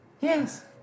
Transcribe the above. Yes